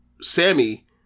Sammy